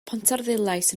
pontarddulais